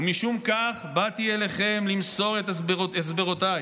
ומשום כך באתי אליכם למסור את הסברותי".